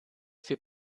für